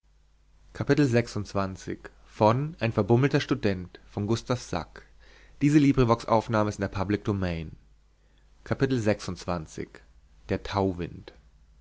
ein verbummelter student der